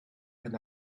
and